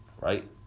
Right